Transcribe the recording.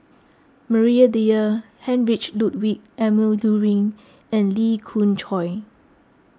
Maria Dyer Heinrich Ludwig Emil Luering and Lee Khoon Choy